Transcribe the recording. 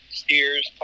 steers